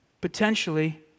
potentially